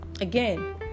again